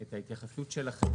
את ההתייחסות שלכם,